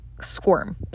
squirm